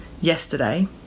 yesterday